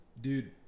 dude